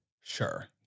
Sure